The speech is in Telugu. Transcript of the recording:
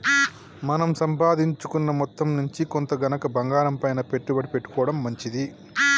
మన సంపాదించుకున్న మొత్తం నుంచి కొంత గనక బంగారంపైన పెట్టుబడి పెట్టుకోడం మంచిది